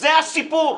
זה הסיפור.